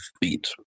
beat